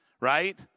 Right